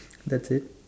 that's it